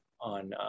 on